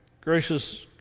Gracious